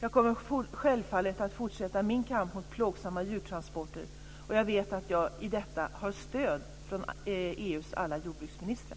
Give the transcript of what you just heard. Jag kommer självfallet att fortsätta min kamp mot plågsamma djurtransporter, och jag vet att jag i detta har stöd från alla EU:s jordbruksministrar.